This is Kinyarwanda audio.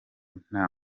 nta